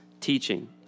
teaching